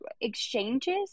exchanges